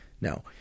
Now